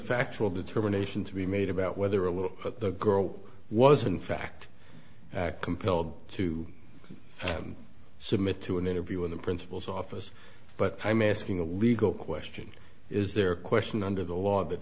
factual determination to be made about whether a look at the girl was in fact compelled to submit to an interview in the principal's office but i'm asking a legal question is there a question under the law that